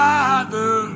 Father